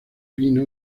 pino